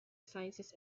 sciences